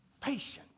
Patience